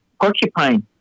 porcupine